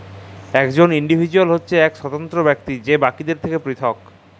একজল ইল্ডিভিজুয়াল হছে ইক স্বতন্ত্র ব্যক্তি যে বাকিদের থ্যাকে পিরথক